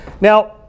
now